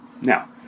Now